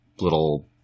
little